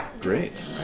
Great